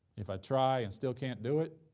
if i try and still can't do it,